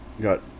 got